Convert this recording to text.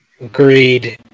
Agreed